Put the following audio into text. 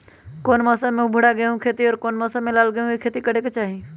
कौन मौसम में भूरा गेहूं के खेती और कौन मौसम मे लाल गेंहू के खेती करे के चाहि?